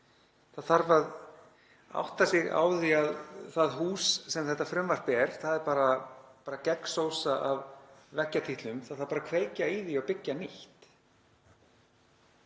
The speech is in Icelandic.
Það þarf að átta sig á því að það hús sem þetta frumvarp er er bara gegnsósa af veggjatítlum. Það þarf bara að kveikja í því og byggja nýtt.